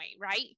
Right